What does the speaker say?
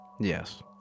Yes